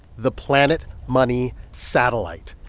the planet money satellite.